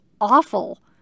awful